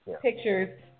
pictures